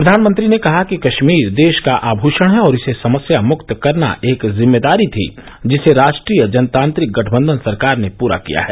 प्रधानमंत्री ने कहा कि कश्मीर देश का आमूषण है और इसे समस्या मुक्त करना एक जिम्मेदारी थी जिसे राष्ट्रीय जनतांत्रिक गठबंधन सरकार ने पूरा किया है